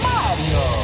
Mario